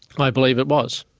i believe it was.